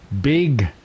big